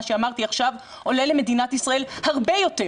מה שאמרתי עכשיו עולה למדינת ישראל הרבה יותר